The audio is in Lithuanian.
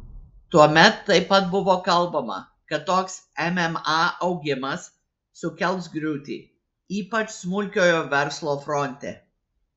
tuomet taip pat buvo kalbama kad toks mma augimas sukels griūtį ypač smulkiojo verslo fronte